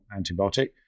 antibiotic